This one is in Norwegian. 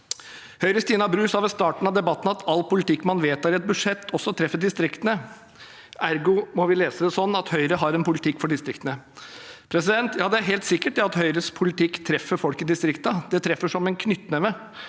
Høyres Tina Bru sa ved starten av debatten at all politikk man vedtar i et budsjett, også treffer distriktene. Ergo må vi lese det sånn at Høyre har en politikk for distriktene. Ja, det er helt sikkert at Høyres politikk treffer folk i distriktene. Den treffer som en knyttneve.